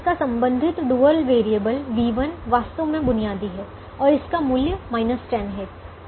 इसका संबंधित dual variable v1 वास्तव में बुनियादी है और इसका मूल्य 10 है